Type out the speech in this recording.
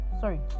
Sorry